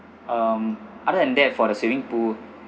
um other than that for the swimming pool